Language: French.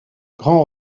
grand